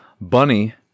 bunny